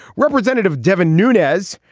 representative devin nunez,